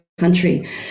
country